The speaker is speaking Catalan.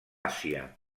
àsia